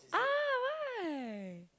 ah why